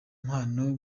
mpano